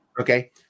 Okay